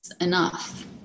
enough